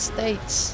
States